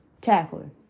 tackler